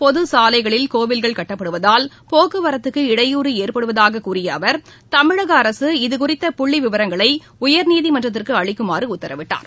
பொதுச்சாலைகளில் கோவில்கள் கட்டப்படுவதால் போக்குவரத்துக்கு இடையூறு ஏற்படுவதாக கூறிய அவர் தமிழக அரசு இதுகுறித்த புள்ளி விவரங்களை உயர்நீதிமன்றத்திற்கு அளிக்குமாறு உத்தரவிட்டார்